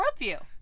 worldview